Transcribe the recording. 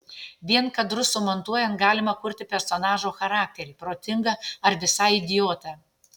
vien kadrus sumontuojant galima kurti personažo charakterį protingą ar visai idiotą